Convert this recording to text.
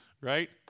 right